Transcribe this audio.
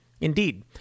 Indeed